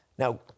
Now